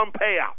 payout